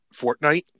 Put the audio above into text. Fortnite